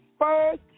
first